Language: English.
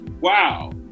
Wow